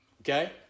okay